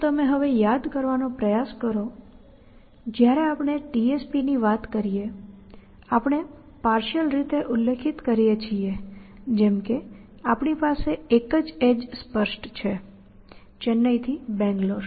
જો તમે હવે યાદ કરવાનો પ્રયાસ કરો જ્યારે આપણે TSP ની વાત કરીએ આપણે પાર્શિઅલ રીતે ઉલ્લેખિત કરીએ છીએ જેમ કે આપણી પાસે એક જ ઍડ્જ સ્પષ્ટ છે ચેન્નઈથી બેંગ્લોર